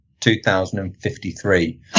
2053